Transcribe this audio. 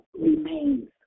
remains